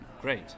great